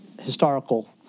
historical